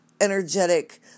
energetic